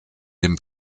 dem